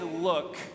look